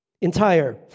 Entire